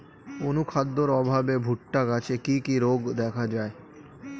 অনুখাদ্যের অভাবে ভুট্টা গাছে কি কি রোগ দেখা যায়?